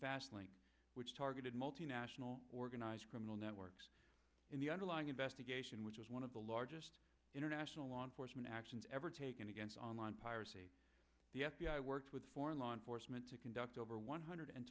fast lane which targeted multinational organized criminal networks in the underlying investigation which was one of the largest international law enforcement actions ever taken against online piracy the f b i worked with foreign law enforcement to conduct over one hundred